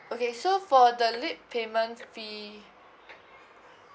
okay so for the late payment fee